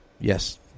Yes